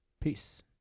peace